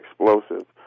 explosive